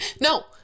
no